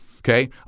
Okay